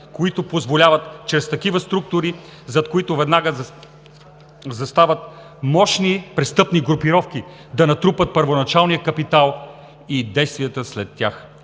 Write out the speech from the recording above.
които позволяват чрез такива структури, зад които веднага застават мощни престъпни групировки, да натрупат първоначалния капитал и действията след тях.